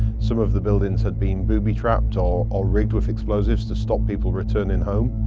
some of the buildings had been booby-trapped or or rigged with explosives to stop people returning home.